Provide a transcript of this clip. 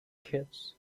kids